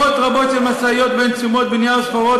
מאות רבות של משאיות שבהן תשומות בנייה וסחורות,